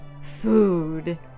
food